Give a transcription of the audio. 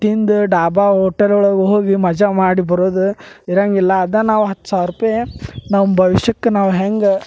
ತಿಂದು ಡಾಬಾ ಓಟೆಲ್ ಒಳಗೆ ಹೋಗಿ ಮಜಾ ಮಾಡಿ ಬರೋದು ಇರಂಗಿಲ್ಲ ಅದಾ ನಾವು ಹತ್ತು ಸಾವಿರ ರೂಪಾಯಿ ನಮ್ಮ ಭವಿಷ್ಯಕ್ಕೆ ನಾವು ಹೆಂಗೆ